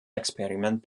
experiment